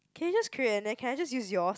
can you just create and then can I just use yours